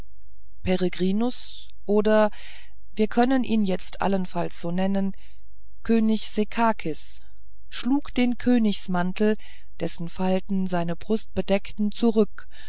peregrinus oder wir können ihn jetzt allenfalls so nennen könig sekakis schlug den königsmantel dessen falten seine brust bedeckten zurück